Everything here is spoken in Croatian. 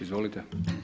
Izvolite.